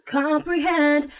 comprehend